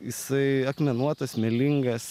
jisai akmenuotas smėlingas